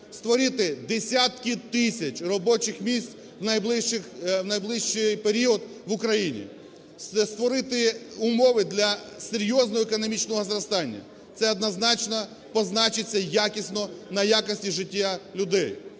створити десятки тисяч робочих місць у найближчий період в Україні, створити умови для серйозного економічного зростання, це однозначно позначиться на якості життя людей.